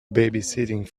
babysitting